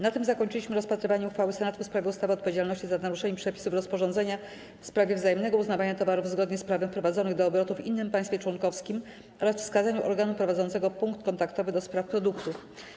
Na tym zakończyliśmy rozpatrywanie uchwały Senatu w sprawie ustawy o odpowiedzialności za naruszenie przepisów rozporządzenia w sprawie wzajemnego uznawania towarów zgodnie z prawem wprowadzonych do obrotu w innym państwie członkowskim oraz wskazaniu organu prowadzącego punkt kontaktowy do spraw produktów.